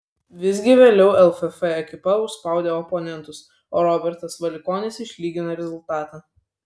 visgi vėliau lff ekipa užspaudė oponentus o robertas valikonis išlygino rezultatą